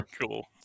Cool